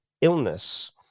illness